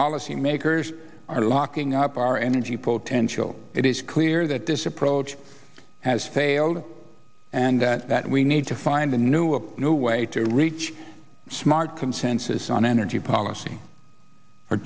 policymakers are locking up our energy potent chill it is clear that this approach has failed and that we need to find a new a new way to reach smart consensus on energy policy or